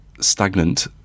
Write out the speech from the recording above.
stagnant